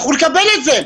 אנחנו נקבל את זה.